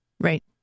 Right